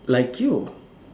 like you